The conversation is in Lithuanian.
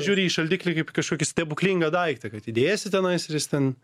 žiūri į šaldiklį kaip į kažkokį stebuklingą daiktą kad įdėsi tenais jis ten